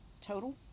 total